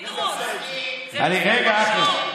פינדרוס, זה, רגע, אחמד.